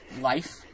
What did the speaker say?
life